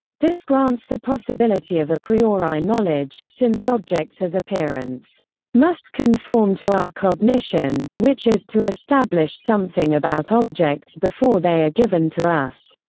this grants the possibility of a priori knowledge, since objects as appearance must conform to our cognition. which is to establish something about objects before they are given to us.